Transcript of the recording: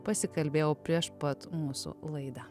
pasikalbėjau prieš pat mūsų laidą